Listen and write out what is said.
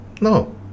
no